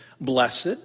Blessed